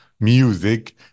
music